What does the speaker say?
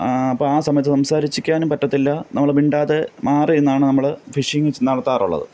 അപ്പോൾ ആ സമയത്ത് സംസാരിക്കാനും പറ്റത്തില്ല നമ്മൾ മിണ്ടാതെ മാറിനിന്നാണ് നമ്മൾ ഫിഷിങ്ങ് നടത്താറുള്ളത്